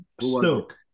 Stoke